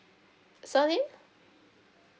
surname